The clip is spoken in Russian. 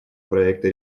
проекта